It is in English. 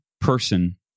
person